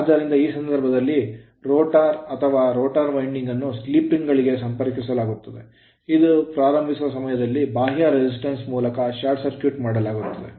ಆದ್ದರಿಂದ ಈ ಸಂದರ್ಭದಲ್ಲಿ ರೋಟರ್ ಅಥವಾ ರೋಟರ್ ವೈಂಡಿಂಗ್ ಅನ್ನು ಸ್ಲಿಪ್ ರಿಂಗ್ ಗಳಿಗೆ ಸಂಪರ್ಕಿಸಲಾಗುತ್ತದೆ ಇದು ಪ್ರಾರಂಭಿಸುವ ಸಮಯದಲ್ಲಿ ಬಾಹ್ಯ resistance ಪ್ರತಿರೋಧದ ಮೂಲಕ ಶಾರ್ಟ್ ಮಾಡಲಾಗುತ್ತದೆ